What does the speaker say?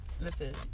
Listen